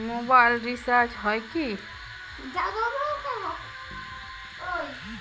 Mobile recharge হয় কি?